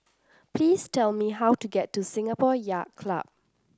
please tell me how to get to Singapore Yacht Club